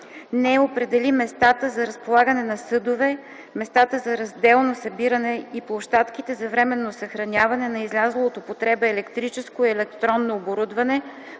не определи местата за разполагане на съдове, местата за разделно събиране и площадките за временно съхраняване на излязло от употреба електрическо и електронно оборудване